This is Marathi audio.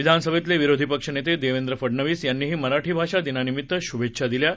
विधानसभेतले विरोधीपक्षनेते देवेंद्र फडणवीस यांनीही मराठी भाषा दिनानिमीत्त शुभेच्छा दिल्या आहेत